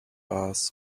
asked